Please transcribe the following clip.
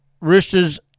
Roosters